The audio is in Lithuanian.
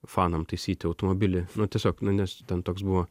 fanam taisyti automobilį nu tiesiog nu nes ten toks buvo